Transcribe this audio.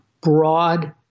broad